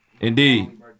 indeed